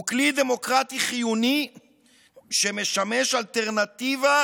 הוא כלי דמוקרטי חיוני שמשמש אלטרנטיבה